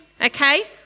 Okay